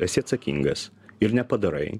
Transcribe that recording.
esi atsakingas ir nepadarai